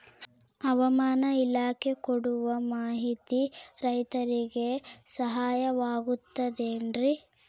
ಹವಮಾನ ಇಲಾಖೆ ಕೊಡುವ ಮಾಹಿತಿ ರೈತರಿಗೆ ಸಹಾಯವಾಗುತ್ತದೆ ಏನ್ರಿ?